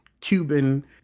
Cuban